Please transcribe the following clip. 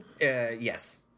Yes